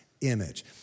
image